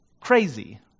crazy